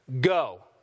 go